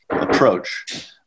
approach